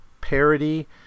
parody